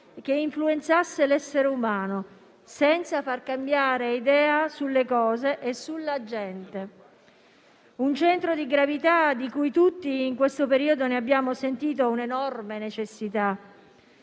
che influenzasse l'essere umano, senza far cambiare idea sulle cose e sulla gente, un centro di gravità di cui tutti in questo periodo abbiamo sentito un'enorme necessità.